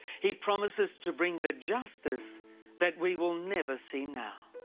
he promises to bring the justice that we will never see now.